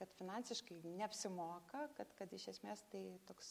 kad finansiškai neapsimoka kad kad iš esmės tai toks